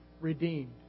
redeemed